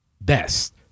best